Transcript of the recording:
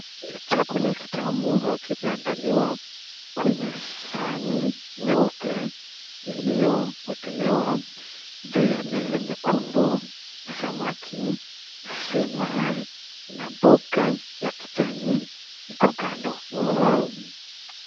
Chakula kitamu kimeandaliwa kwenye sahani nyeupe iliyowekelewa juu ya meza nyekundu samaki, sima na mboga ya kijani iko kando.